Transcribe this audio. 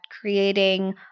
creating